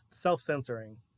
self-censoring